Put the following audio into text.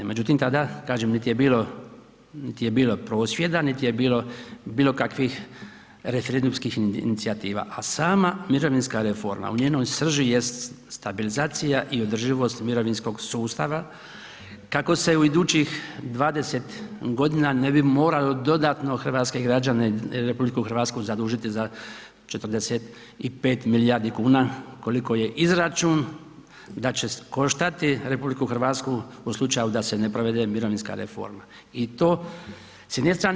Međutim, tada kažem niti je bilo prosvjeda, niti je bilo bilo kakvih referendumskih inicijativa, a sama mirovinska reforma u njenoj srži jest stabilizacija i održivost mirovinskog sustava kako se u idućih 20 godina ne bi moralo dodatno hrvatske građane RH zadužiti za 45 milijardi kuna, koliko je izračun da će koštati RH u slučaju da se ne provede mirovinska reforma i to s jedne strane.